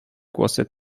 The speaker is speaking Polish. głosy